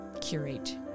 curate